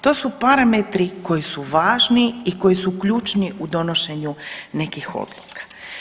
To su parametri koji su važni i koji su ključni u donošenju nekih odluka.